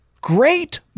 great